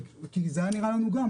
כי זה היה נראה לנו גם,